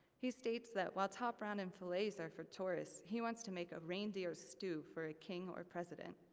he states that, while top round and filets are for tourists, he wants to make a reindeer stew for a king or president.